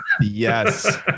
yes